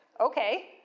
Okay